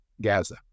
Gaza